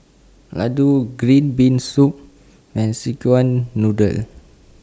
Laddu Green Bean Soup and Szechuan Noodle